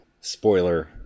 Spoiler